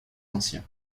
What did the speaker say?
ancien